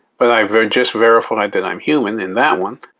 but i've just verified that i'm human in that one.